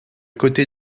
côté